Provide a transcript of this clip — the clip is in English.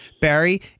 Barry